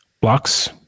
blocks